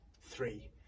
three